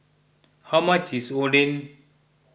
how much is Oden